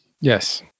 Yes